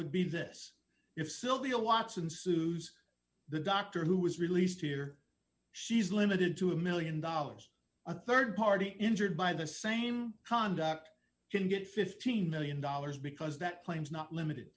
would be this if sylvia watson sues the doctor who was released here she's limited to a one million dollars a rd party injured by the same conduct can get fifteen million dollars because that claims not limited